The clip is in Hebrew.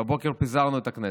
בבוקר פיזרנו את הכנסת,